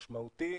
משמעותי,